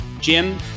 jim